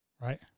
Right